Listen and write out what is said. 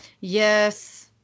Yes